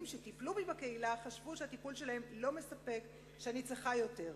שטיפלו בי בקהילה חשבו שהטיפול שלהם לא מספק ושאני צריכה יותר.